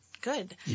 good